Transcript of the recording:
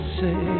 say